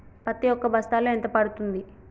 పత్తి ఒక బస్తాలో ఎంత పడ్తుంది?